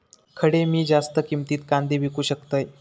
खडे मी जास्त किमतीत कांदे विकू शकतय?